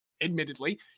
admittedly